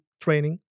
training